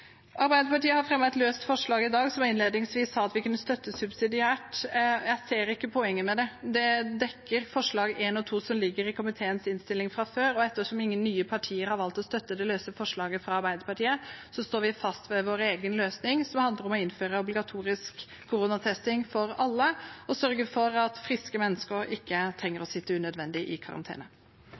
Arbeiderpartiet har fremmet et løst forslag som jeg innledningsvis sa at vi kunne støtte subsidiært. Jeg ser ikke poenget med det. Det dekkes av forslag nr. 1 og 2, som ligger i komiteens innstilling fra før, og ettersom ingen nye partier har valgt å støtte det løse forslaget fra Arbeiderpartiet, står vi fast ved vår egen løsning, som handler om å innføre obligatorisk koronatesting for alle og sørge for at friske mennesker ikke trenger å sitte unødvendig i karantene.